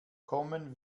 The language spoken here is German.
kommen